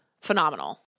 phenomenal